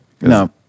No